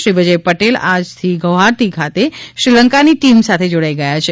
શ્રી વિજય પટેલ આજથી ગૌહાતી ખાતે શ્રીલંકાની ટીમ સાથે જોડાઈ ગયા છે